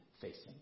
facing